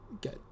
get